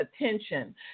attention